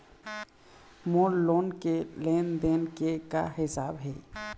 मोर loan के लेन देन के का हिसाब हे?